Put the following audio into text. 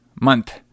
month